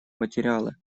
материалы